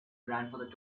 grandfather